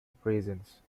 prisons